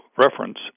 reference